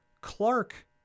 Clark